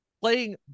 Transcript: Playing